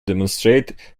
demonstrate